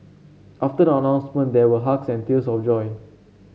after the announcement there were hugs and tears of joy